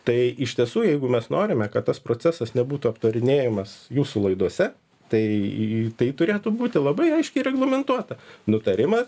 tai iš tiesų jeigu mes norime kad tas procesas nebūtų aptarinėjamas jūsų laidose tai tai turėtų būti labai aiškiai reglamentuota nutarimas